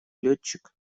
летчик